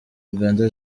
uganda